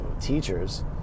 teachers